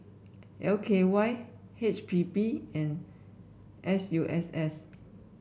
L K Y H P B and S U S S